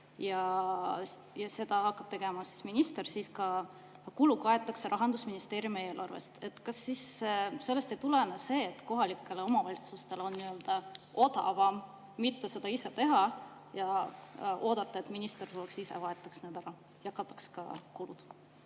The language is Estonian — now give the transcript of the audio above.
ja seda hakkab tegema minister, siis ka kulu kaetakse Rahandusministeeriumi eelarvest. Kas sellest ei tulene järeldus, et kohalikele omavalitsustele on odavam mitte seda ise teha ja oodata, et minister tuleks ise, vahetaks need sildid ja kataks ka kulud?